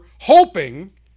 hoping